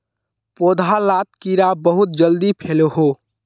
पौधा लात कीड़ा बहुत जल्दी फैलोह